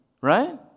right